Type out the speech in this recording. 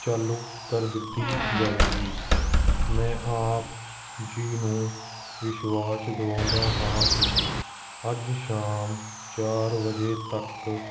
ਚਾਲੂ ਕਰ ਦਿੱਤੀ ਜਾਵੇਗੀ ਮੈਂ ਆਪ ਜੀ ਨੂੰ ਵਿਸ਼ਵਾਸ ਦਿਵਾਉਂਦਾ ਹਾਂ ਕਿ ਅੱਜ ਸ਼ਾਮ ਚਾਰ ਵਜੇ ਤੱਕ